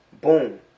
boom